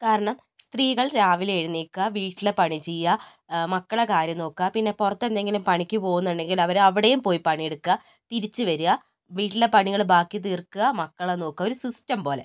കാരണം സ്ത്രീകൾ രാവിലെ എഴുന്നേൽക്ക വീട്ടിലെ പണി ചെയ്യാ മക്കളുടെ കാര്യം നോക്കുക പിന്നെ പുറത്ത് എന്തെങ്കിലും പണിക്ക് പോവുന്നുണ്ടെങ്കിൽ അവർ അവിടെയും പോയി പണി എടുക്കുക തിരിച്ച് വരുക വീട്ടിലെ പണികൾ ബാക്കി തീർക്കുക മക്കളെ നോക്കുക ഒര് സിസ്റ്റം പോലെ